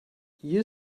you